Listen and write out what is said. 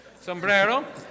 sombrero